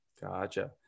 Gotcha